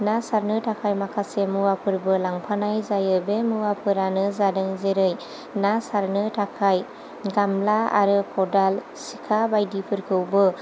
ना सारनो थाखाय माखासे मुवाफोरबो लांफानाय जायो बे मुवाफोरानो जादों जेरै ना सारनो थाखाय गामला आरो खदाल सिखा बायदिफोरखौबो